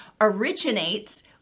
originates